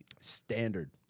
Standard